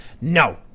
no